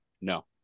No